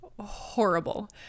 horrible